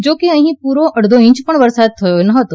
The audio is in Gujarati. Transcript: જો કે અહી પુરો અડધો ઇંચ પણ વરસાદ થયો ન હતો